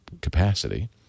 capacity